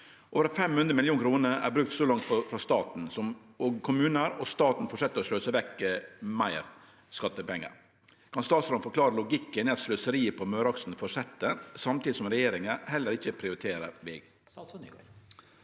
Over 500 mill. kr er brukt så langt frå stat og kommunar, og staten fortset å sløse vekk meir skattepengar. Kan statsråden forklare logikken i at sløseriet på Møreaksen fortset, samtidig som regjeringa elles ikkje prioriterer veg?»